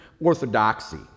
orthodoxy